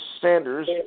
Sanders